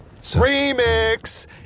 Remix